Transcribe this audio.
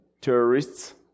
terrorists